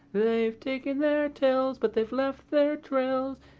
they've taken their tails, but they've left their trails,